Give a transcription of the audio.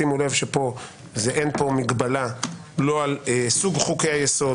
שימו לב שפה אין מגבלה לא על סוג חוקי היסוד,